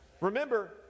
Remember